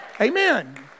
Amen